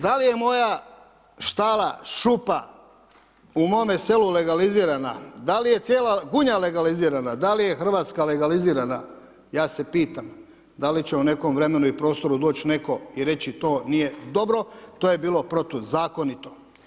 Da li je moja štala, šupa, u mome selu legalizirana, da li je cijela Gunja legalizirana, da li je RH legalizirana, ja se pitam da li će u nekom vremenu i prostoru doći netko i reći, to nije dobro, to je bilo protuzakonito.